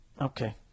Okay